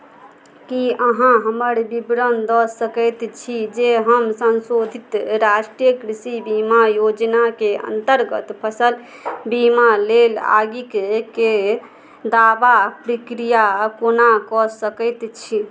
की अहाँ हमरा विवरण दऽ सकैत छी जे हम संशोधित राष्ट्रीय कृषि बीमा योजनाके अन्तर्गत फसल बीमा लेल आगिके दावा प्रक्रिया कोना कऽ सकैत छी